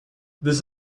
this